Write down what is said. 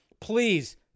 Please